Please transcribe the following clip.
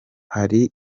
hari